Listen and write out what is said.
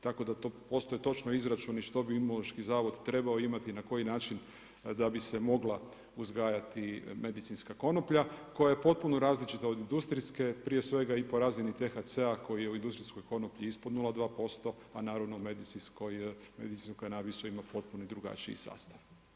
Tako da to postoji točno izračuni što bi Imunološki zavod trebao imati, na koji način da bi se mogla uzgajati medicinska konoplja koja je potpuno različita od industrijske prije svega i po razini THC-a koji je u industrijskoj konoplji ispod 0,2%, a naravno u medicinskoj kanabis ima potpuno drugačiji sastav.